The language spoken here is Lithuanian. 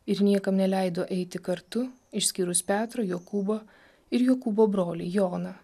ir niekam neleido eiti kartu išskyrus petrą jokūbą ir jokūbo brolį joną